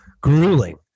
grueling